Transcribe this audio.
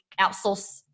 outsource